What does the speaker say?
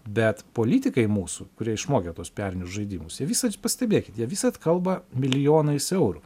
bet politikai mūsų kurie išmokė tuos pelinius žaidimus jie visad pastebėkit jie visad kalba milijonais eurų